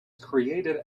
created